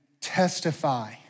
testify